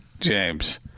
James